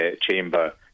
chamber